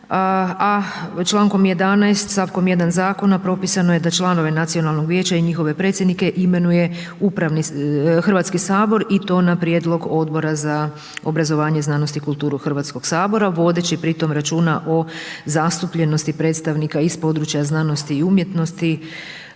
a člankom 11. stavkom 1. zakona propisano je da članove Nacionalnog vijeća i njihove predsjednike imenuje Hrvatski sabor i to na prijedlog Odbora za obrazovanje, znanost i kulturu Hrvatskog sabora vodeći pri tome računa o zastupljenosti predstavnika iz područja znanosti i umjetnosti